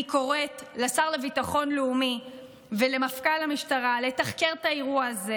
אני קוראת לשר לביטחון לאומי ולמפכ"ל המשטרה לתחקר את האירוע הזה,